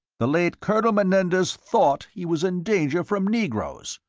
the late colonel menendez thought he was in danger from negroes.